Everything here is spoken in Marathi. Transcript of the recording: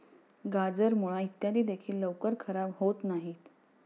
गाजर, मुळा इत्यादी देखील लवकर खराब होत नाहीत